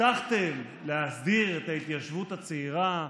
הבטחתם להסדיר את ההתיישבות הצעירה,